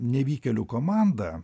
nevykėlių komandą